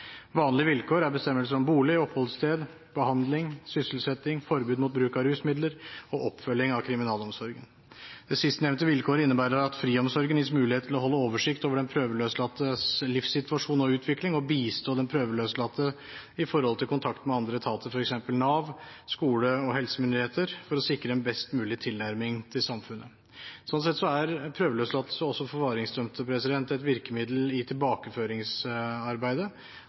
Vanlige vilkår er bestemmelse om bolig, oppholdssted, behandling, sysselsetting, forbud mot bruk av rusmidler og oppfølging av kriminalomsorgen. Det sistnevnte vilkåret innebærer at friomsorgen gis mulighet til å holde oversikt over den prøveløslattes livssituasjon og utvikling og til å bistå den prøveløslatte når det gjelder kontakt med andre etater, f.eks. Nav, skole og helsemyndigheter, for å sikre en best mulig tilnærming til samfunnet. Sånn sett er prøveløslatelse også for forvaringsdømte et virkemiddel i tilbakeføringsarbeidet.